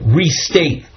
restate